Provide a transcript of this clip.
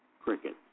cricket